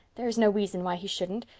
there is no reason why he shouldn't.